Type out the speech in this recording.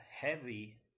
heavy